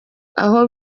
aho